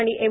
आणि एम